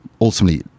ultimately